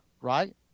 right